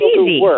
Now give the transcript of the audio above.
easy